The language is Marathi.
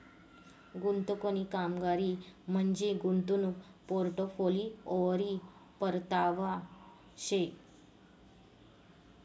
गुंतवणूकनी कामगिरी म्हंजी गुंतवणूक पोर्टफोलिओवरी परतावा शे